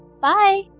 Bye